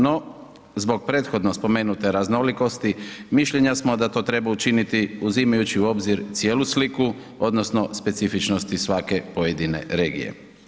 No, zbog prethodno spomenute raznolikosti mišljenja smo da to treba učiniti uzimajući u obzir cijelu sliku odnosno specifičnosti svake pojedine regije.